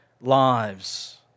lives